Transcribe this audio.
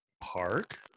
park